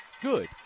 good